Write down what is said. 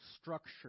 structure